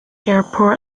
airport